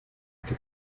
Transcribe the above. китая